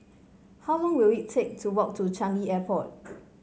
how long will it take to walk to Changi Airport